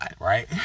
right